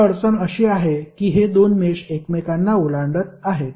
आता अडचण अशी आहे की हे दोन मेष एकमेकांना ओलांडत आहेत